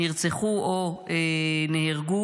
שנרצחו או נהרגו.